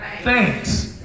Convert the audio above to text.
Thanks